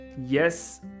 yes